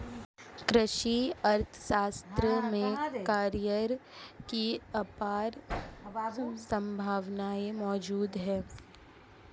कृषि अर्थशास्त्र में करियर की अपार संभावनाएं मौजूद है